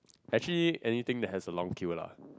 actually anything that has a long queue lah